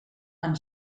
amb